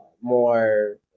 more